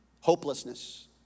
Hopelessness